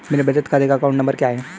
मेरे बचत खाते का अकाउंट नंबर क्या है?